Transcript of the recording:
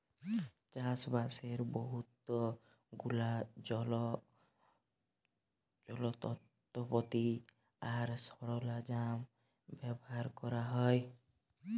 চাষবাসের বহুত গুলা যলত্রপাতি আর সরল্জাম ব্যাভার ক্যরা হ্যয়